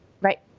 right